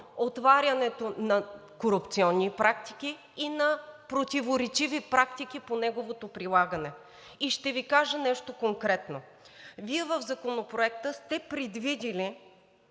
отварянето на корупционни практики и на противоречиви практики по неговото прилагане. И ще Ви кажа нещо конкретно. Вие в Законопроекта сте предвидили